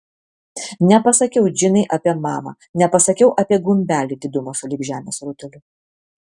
nepasakiau džinai apie mamą nepasakiau apie gumbelį didumo sulig žemės rutuliu